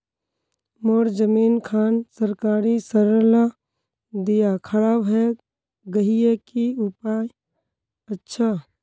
मोर जमीन खान सरकारी सरला दीया खराब है गहिये की उपाय अच्छा?